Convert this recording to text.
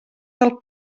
del